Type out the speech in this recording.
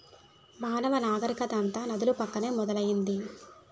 మానవ నాగరికత అంతా నదుల పక్కనే మొదలైంది